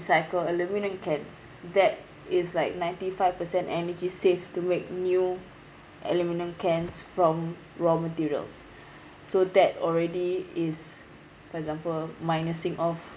aluminum cans that is like ninety five per cent energy saved to make new aluminum cans from raw materials so that already is for example minusing of